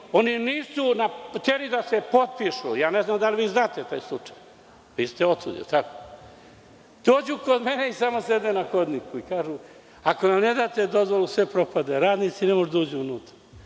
oni nisu hteli da se potpišu. Ne znam da li vi znate taj slučaj, vi ste otud, jel tako? Dođu kod mene i samo sede na hodniku i kažu ako nam ne date dozvolu sve propade, radnici ne mogu da uđu